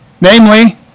Namely